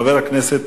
חבר הכנסת